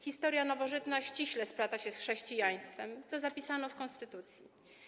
Historia nowożytna ściśle splata się z chrześcijaństwem, co zapisano w konstytucji.